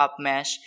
Upmesh